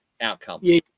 outcome